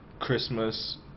Christmas